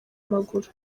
amaguru